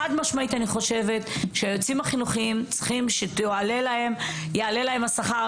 חד משמעית אני חושבת שהיועצים החינוכיים צריכים שיעלה להם השכר,